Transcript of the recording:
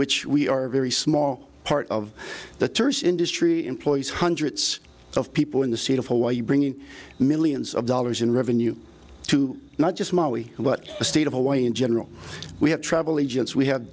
which we are a very small part of the tourist industry employs hundreds of people in the state of hawaii bringing millions of dollars in revenue to not just mali but the state of hawaii in general we have travel agents we have